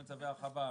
בהתאם לצווי הרחבה.